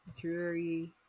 dreary